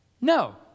No